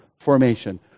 formation